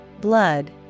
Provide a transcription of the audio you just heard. blood